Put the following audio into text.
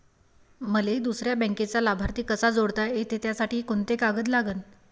मले दुसऱ्या बँकेचा लाभार्थी कसा जोडता येते, त्यासाठी कोंते कागद लागन?